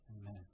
Amen